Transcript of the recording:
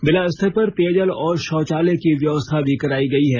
मेला स्थल पर पेयजल और शौचालय की व्यवस्था भी करायी गयी है